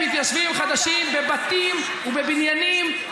מתיישבים חדשים בבתים ובבניינים,